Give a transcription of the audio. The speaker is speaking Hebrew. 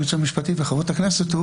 הייעוץ המשפטי וחברות הכנסת,